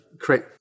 create